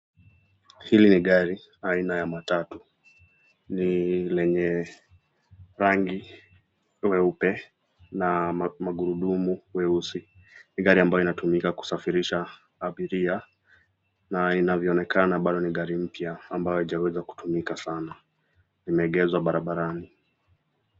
Hili gari aina ya matatu, lenye rangi mweupe na magurudumu mweusi, ni gari ambayo inatumika kusafirisha abiria na inavyonekana bado ni gari mpya ambayo haijaweza kutumika sana, imeegezwa barabarani.